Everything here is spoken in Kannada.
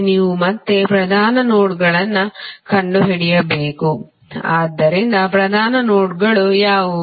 ನೀವು ಮತ್ತೆ ಪ್ರಧಾನ ನೋಡ್ಗಳನ್ನು ಕಂಡುಹಿಡಿಯಬೇಕು ಆದ್ದರಿಂದ ಪ್ರಧಾನ ನೋಡ್ಗಳು ಯಾವುವು